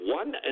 one